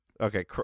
Okay